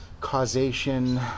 causation